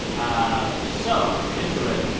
ah so to get into it,